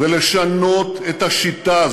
ולשנות את השיטה.